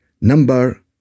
number